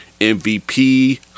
MVP